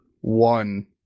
one